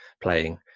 playing